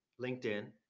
LinkedIn